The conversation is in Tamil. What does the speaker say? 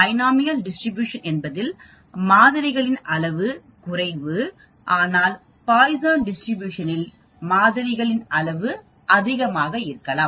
பைனோமியல் டிஸ்ட்ரிபியூஷன் என்பதில் மாதிரிகளின் அளவு குறைவு ஆனால் பாய்சான் டிஸ்ட்ரிபியூஷன் இல் மாதிரிகளின் அளவு அதிகமாக இருக்கலாம்